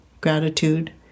gratitude